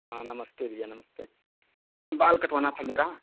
हाँ नमस्ते भैया नमस्ते नमस्ते बाल कटवाना था मेरा